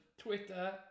Twitter